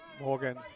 Morgan